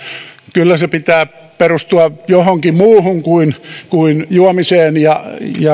kyllä sen pitää perustua johonkin muuhun kuin kuin juomiseen ja